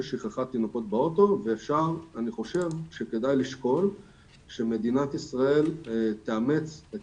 שכחת תינוקות באוטו ואני חושב שכדאי לשקול שמדינת ישראל תאמץ את